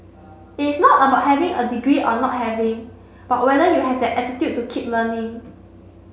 it's not about having a degree or not having but whether you have that attitude to keep learning